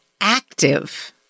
active